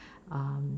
um